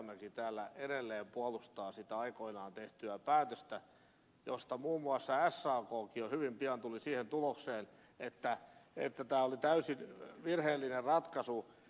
rajamäki täällä edelleen puolustaa sitä aikoinaan tehtyä päätöstä josta muun muassa sakkin jo hyvin pian tuli siihen tulokseen että tämä oli täysin virheellinen ratkaisu